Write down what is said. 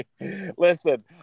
listen